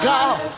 God